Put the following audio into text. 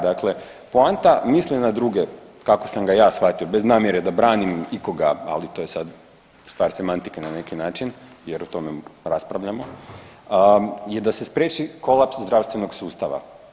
Dakle, poanta misli na druge kako sam ga ja shvatio bez namjere da branim ikoga, ali to je sad stvar semantike na neki način jer o tome raspravljamo je da se spriječi kolaps zdravstvenog sustava.